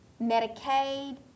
Medicaid